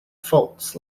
faults